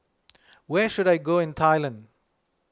where should I go in Thailand